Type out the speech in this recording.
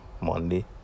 Monday